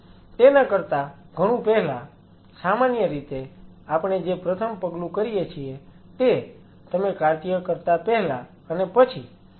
તેના કરતા ઘણું પહેલા સામાન્ય રીતે આપણે જે પ્રથમ પગલું કરીએ છીએ તે તમે કાર્ય કરતા પહેલા અને પછી આલ્કોહોલ થી સપાટીને સાફ કરો છો